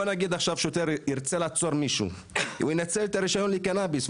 אם שוטר ירצה לעצור מישהו הוא ינצל את הרישיון לקנביס,